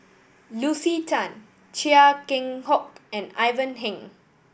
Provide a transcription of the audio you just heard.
Lucy Tan Chia Keng Hock and Ivan Heng